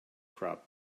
crop